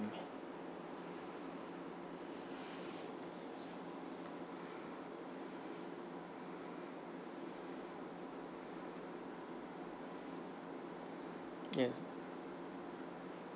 ya